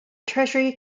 treasury